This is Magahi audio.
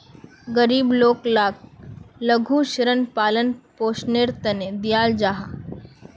गरीब लोग लाक लघु ऋण पालन पोषनेर तने दियाल जाहा